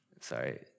sorry